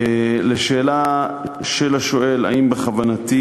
2. לשאלה של השואל אם בכוונתי